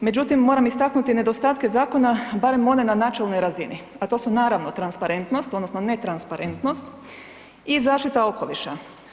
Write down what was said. Međutim, moram istaknuti nedostatke zakona, barem one na načelnoj razini, a to su naravno transparentnost odnosno netransparentnost i zaštita okoliša.